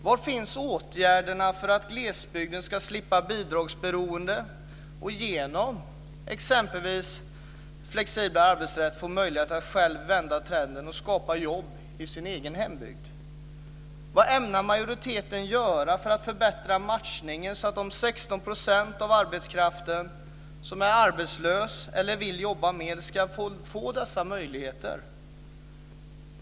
Var finns åtgärderna för att glesbygden ska slippa bidragsberoende och genom exempelvis flexiblare arbetsrätt få möjlighet att själv vända trenden och skapa jobb i sin egen hembygd? Vad ämnar majoriteten göra för att förbättra matchningen, så att de 16 % av arbetskraften som är arbetslös eller vill jobba mer ska få dessa möjligheter?